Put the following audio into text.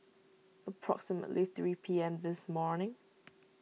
approximately three P M this morning